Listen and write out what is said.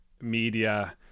media